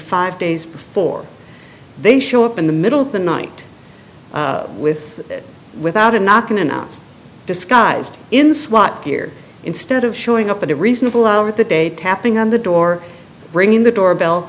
five days before they show up in the middle of the night with without a knock and announce disguised in swat gear instead of showing up at a reasonable hour of the day tapping on the door bringing the doorbell